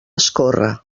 escórrer